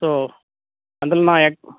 so అందులో నా